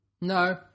No